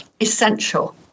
essential